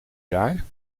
jaar